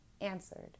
answered